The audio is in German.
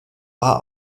war